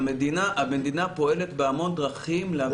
המדינה פועלת בהמון דרכים כדי להביא חיסוני שפעת לישראל.